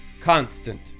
constant